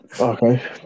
okay